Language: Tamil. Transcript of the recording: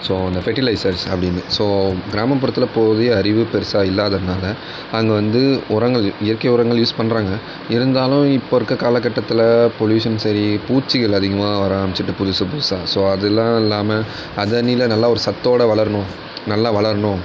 ஸோ அந்தப் ஃபெர்ட்டிலைசர்ஸ் அப்படின்னு ஸோ கிராமப்புறத்தில் போதிய அறிவு பெருசாக இல்லாததினால அங்கே வந்து உரங்கள் இயற்கை உரங்கள் யூஸ் பண்றாங்க இருந்தாலும் இப்போ இருக்க காலக்கட்டத்தில் பொலுயூஷன் சரி பூச்சிகள் அதிகமாக வர ஆரம்பிச்சிட்டு புதுசு புதுசாக ஸோ அதெலாம் இல்லாமல் அது அன்னில நல்ல ஒரு சத்தோடு வளரணும் நல்லா வளரணும்